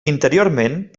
interiorment